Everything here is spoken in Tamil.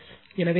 எனவே 115